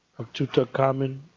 of tutankhamen.